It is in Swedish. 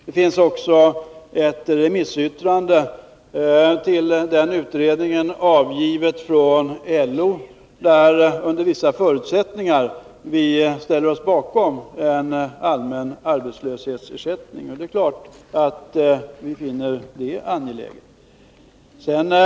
Det finns också ett remissyttrande till denna utredning avgivet från LO, där vi under vissa förutsättningar ställer oss bakom en allmän arbetslöshetsförsäkring. Det är klart att vi finner en sådan angelägen.